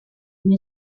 une